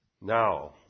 now